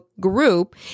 group